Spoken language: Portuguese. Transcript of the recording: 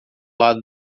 lado